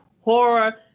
horror